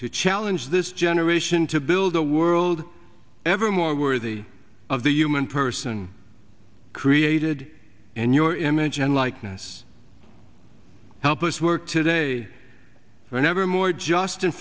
to challenge this generation to build a world ever more worthy of the human person created in your image and likeness help us work today were never more just